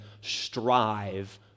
strive